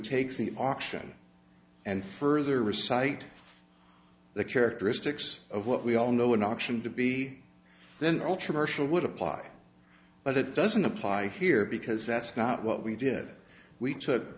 take the auction and further recite the characteristics of what we all know an option to be then ultra martial would apply but it doesn't apply here because that's not what we did we took